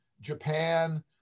Japan